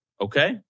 okay